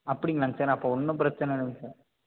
அப்படிங்களாங்க sir அப்போது ஒன்றும் பிரச்சனை இல்லைங்க சார்